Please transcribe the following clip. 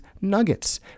nuggets